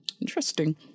interesting